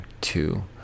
two